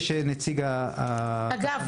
אגב,